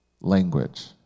language